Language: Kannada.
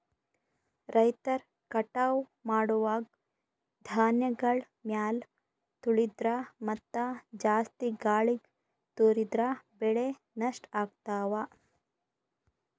ರೈತರ್ ಕಟಾವ್ ಮಾಡುವಾಗ್ ಧಾನ್ಯಗಳ್ ಮ್ಯಾಲ್ ತುಳಿದ್ರ ಮತ್ತಾ ಜಾಸ್ತಿ ಗಾಳಿಗ್ ತೂರಿದ್ರ ಬೆಳೆ ನಷ್ಟ್ ಆಗ್ತವಾ